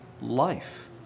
life